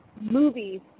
movies